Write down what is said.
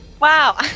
Wow